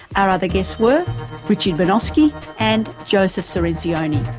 our other guests were richard broinowski and joseph cirincione.